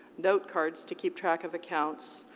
note cards to keep track of accounts,